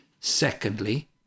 Secondly